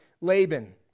Laban